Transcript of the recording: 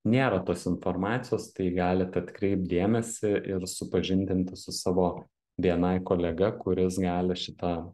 nėra tos informacijos tai galit atkreipt dėmesį ir supažindinti su savo bni kolega kuris gali šitą